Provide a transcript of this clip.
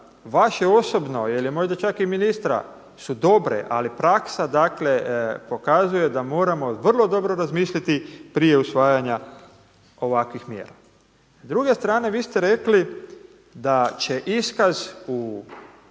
vaše osobno ili možda čak i ministra su dobre, ali praksa pokazuje da moramo vrlo dobro razmisliti prije usvajanja ovakvih mjera. S druge strane vi ste rekli da će iskaz u